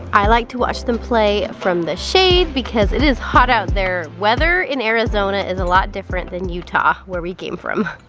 i like to watch them play from the shade because it is hot out there, weather in arizona is a lot different than utah, where we came from.